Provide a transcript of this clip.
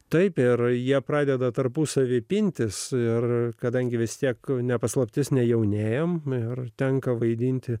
taip ir jie pradeda tarpusavyje pintis ir kadangi vis tiek ne paslaptis nejaunėjame merui tenka vaidinti